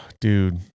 dude